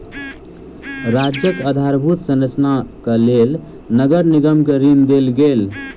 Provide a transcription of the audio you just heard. राज्यक आधारभूत संरचनाक लेल नगर निगम के ऋण देल गेल